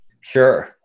Sure